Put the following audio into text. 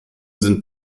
sind